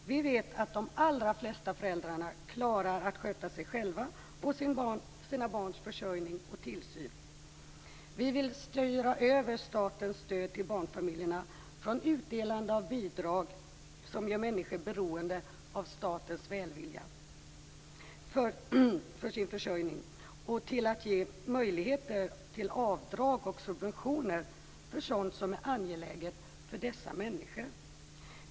Vi vet att de allra flesta föräldrar klarar av att sköta sig själva och sina barns försörjning och tillsyn. Vi vill styra över statens stöd till barnfamiljerna från utdelande av bidrag som gör människor beroende av statens välvilja för sin försörjning till att ge möjligheter till avdrag och subventioner för sådant som är angeläget för dessa människor.